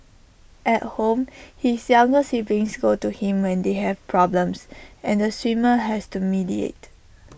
at home his younger siblings go to him when they have problems and the swimmer has to mediate